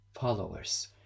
followers